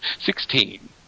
Sixteen